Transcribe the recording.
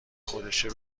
خودشه